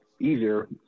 easier